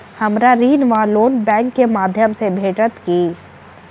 हमरा ऋण वा लोन बैंक केँ माध्यम सँ भेटत की?